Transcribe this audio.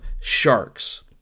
sharks